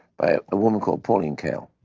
by a woman called pauline kael.